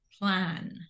plan